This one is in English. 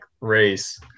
race